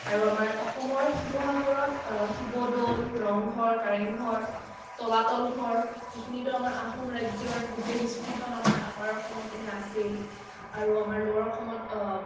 আৰু আমাৰ অসমৰ শিৱসাগৰত শিৱদৌল ৰংঘৰ কাৰেংঘৰ তলাতল ঘৰ সেইখিনিতো আমাৰ আহোম ৰাজ্যৰ গোটেই হিষ্ট্ৰীখন আমাৰ আপাৰ অসমৰ পিনে আছেই আৰু আমাৰ ল'ৱাৰ অসমত